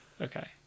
Okay